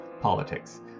politics